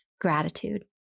gratitude